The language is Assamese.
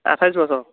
আঠাইছ বছৰ